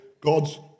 God's